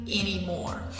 anymore